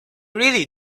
really